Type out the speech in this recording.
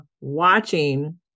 watching